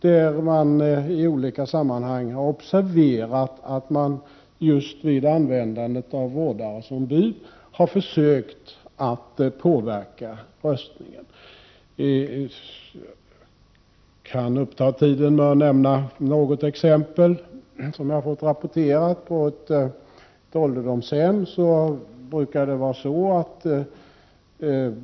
Man har i olika sammanhang observerat att just i sådana situationer där man har använt sig av vårdare som bud har försök att påverka röstningen förekommit. Vi kan uppta tiden med att nämna något exempel som jag har fått mig rapporterat. En kvinna bodde på ett ålderdomshem.